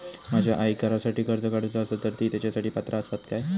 माझ्या आईक घरासाठी कर्ज काढूचा असा तर ती तेच्यासाठी पात्र असात काय?